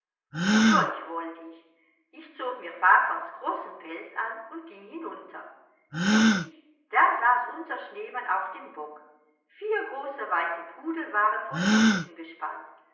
natürlich wollte ich ich zog mir vaterns großen pelz an und ging hinunter richtig da saß unser schneemann auf dem bock vier große weiße pudel waren vor den schlitten gespannt